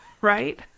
right